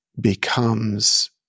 becomes